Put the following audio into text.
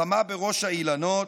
החמה בראש האילנות,